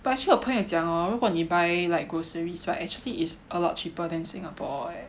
but actually 我朋友有讲 hor 如果你 buy like groceries right actually is a lot cheaper than Singapore leh